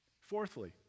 Fourthly